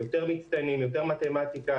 יותר מתמטיקה,